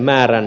een